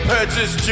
Purchase